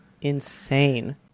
insane